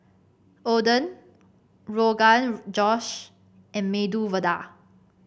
Oden Rogan Josh and Medu Vada